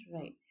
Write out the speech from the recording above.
right